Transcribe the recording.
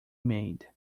made